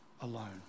alone